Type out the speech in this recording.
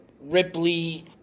Ripley